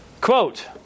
quote